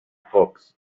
fox